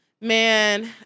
man